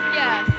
yes